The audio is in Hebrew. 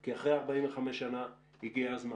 כי אחרי 45 שנה הגיע הזמן.